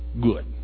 good